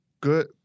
good